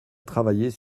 travailler